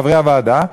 חברי הוועדה,